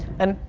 and,